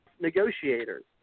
negotiators